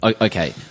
Okay